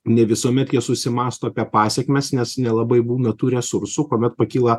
ne visuomet jie susimąsto apie pasekmes nes nelabai būna tų resursų kuomet pakyla